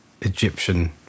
Egyptian